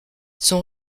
son